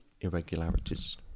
irregularities